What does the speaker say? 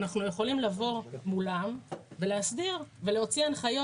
אנחנו יכולים לבוא מולם ולהסדיר ולהוציא הנחיות.